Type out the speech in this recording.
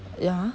ya